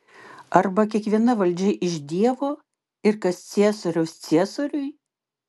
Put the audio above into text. arba kiekviena valdžia iš dievo ir kas ciesoriaus ciesoriui